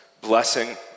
blessing